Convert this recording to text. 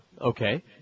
Okay